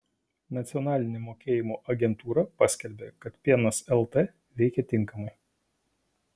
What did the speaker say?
nacionalinė mokėjimo agentūra paskelbė kad pienas lt veikia tinkamai